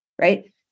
right